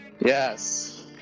Yes